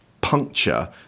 puncture